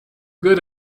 good